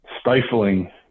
stifling